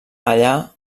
allà